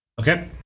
Okay